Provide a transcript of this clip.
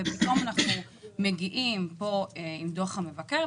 ופתאום אנחנו מגיעים פה עם דוח המבקר,